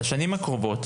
לשנים הקרובות